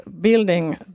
building